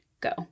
go